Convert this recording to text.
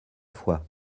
fois